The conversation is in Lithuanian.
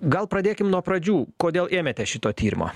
gal pradėkim nuo pradžių kodėl ėmėtės šito tyrimo